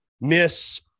miss